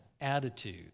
attitude